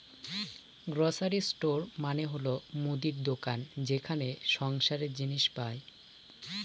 grocery store মানে হল মুদির দোকান যেখানে সংসারের জিনিস পাই